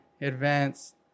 advanced